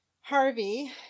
Harvey